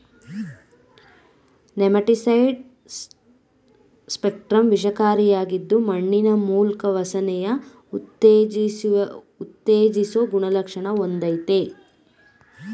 nematicide spectrum ವಿಷಕಾರಿಯಾಗಿದ್ದು ಮಣ್ಣಿನ ಮೂಲ್ಕ ವಲಸೆನ ಉತ್ತೇಜಿಸೊ ಗುಣಲಕ್ಷಣ ಹೊಂದಯ್ತೆ